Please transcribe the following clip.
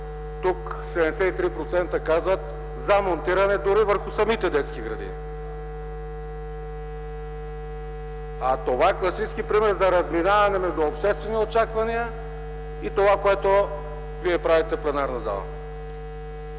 Тук 73% казват „за” монтиране дори върху самите детски градини! Това е класически пример за разминаване между обществените очаквания и това, което вие правите в пленарната зала.